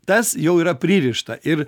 tas jau yra pririšta ir